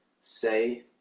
say